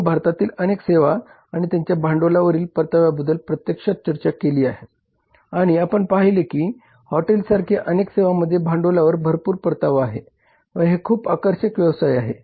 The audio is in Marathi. आपण भारतातील अनेक सेवा आणि त्यांच्या भांडवलावरील परताव्याबद्दल प्रत्यक्षात चर्चा केली आहे आणि आपण पाहिले आहे की हॉटेल्ससारख्या अनेक सेवांमध्ये भांडवलावर भरपूर परतावा आहे व हे खूप आकर्षक व्यवसाय आहे